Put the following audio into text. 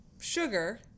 sugar